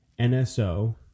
NSO